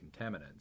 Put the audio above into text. contaminants